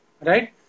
right